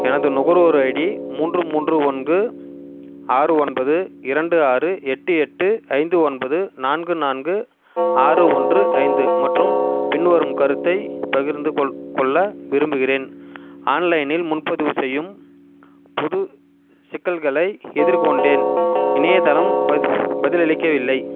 எனது நுகர்வோர் ஐடி மூன்று மூன்று ஒன்று ஆறு ஒன்பது இரண்டு ஆறு எட்டு எட்டு ஐந்து ஒன்பது நான்கு நான்கு ஆறு ஒன்று ஐந்து மற்றும் பின்வரும் கருத்தை பகிர்ந்துகொள் கொள்ள விரும்புகிறேன் ஆன்லைனில் முன்பதிவு செய்யும் புது சிக்கல்களை எதிர் கொண்டேன் இணையதளம் பதி பதில் அளிக்கவில்லை